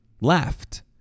left